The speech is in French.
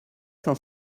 cent